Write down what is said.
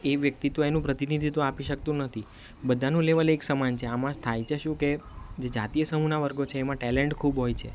એ વે વ્યક્તિત્વ એનું પ્રતિનિધિત્વ આપી શકતું નથી બધાનું લેવલ એક સમાન છે આમાં થાય છે શું કે જે જાતિય સમૂહના વર્ગો છે એમાં ટેલેન્ટ ખૂબ હોય છે